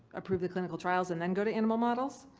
approve the clinical trials and then go to animal models?